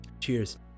Cheers